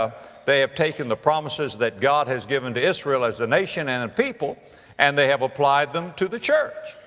ah they have taken the promises that god has given to israel as a nation and a and people and they have applied them to the church.